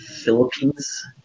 Philippines